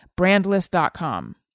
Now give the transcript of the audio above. brandless.com